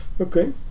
Okay